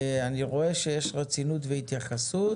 אני רואה שיש רצינות והתייחסות.